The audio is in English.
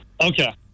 Okay